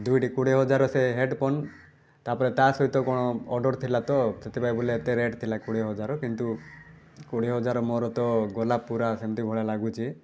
ଦୁଇଟି କୋଡ଼ିଏ ହଜାର ସେ ହେଡ଼ଫୋନ୍ ତା'ପରେ ତା' ସହିତ କ'ଣ ଅର୍ଡ଼ର୍ ଥିଲା ତ ସେଥିପାଇଁ ବୋଲେ ଏତେ ରେଟ୍ ଥିଲା କୋଡ଼ିଏ ହଜାର କିନ୍ତୁ କୋଡ଼ିଏ ହଜାର ମୋର ତ ଗଲା ପୂରା ସେମିତି ଭଳିଆ ଲାଗୁଛି